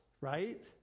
right